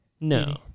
No